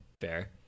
Fair